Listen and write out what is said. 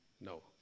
No